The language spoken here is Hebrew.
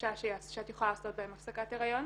שלושה שאת יכולה לעשות בהם הפסקת הריון.